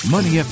Money